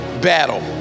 Battle